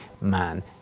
man